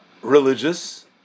religious